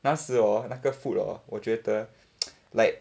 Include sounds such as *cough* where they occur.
那时哦那个 food lor 我觉得 *noise* like